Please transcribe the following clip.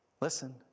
Listen